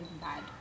bad